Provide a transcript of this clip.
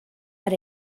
but